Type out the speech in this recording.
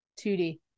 2D